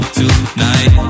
tonight